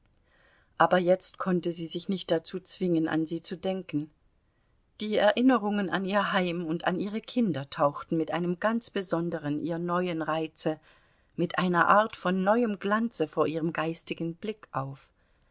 aber jetzt konnte sie sich nicht dazu zwingen an sie zu denken die erinnerungen an ihr heim und an ihre kinder tauchten mit einem ganz besonderen ihr neuen reize mit einer art von neuem glanze vor ihrem geistigen blick auf